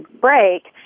break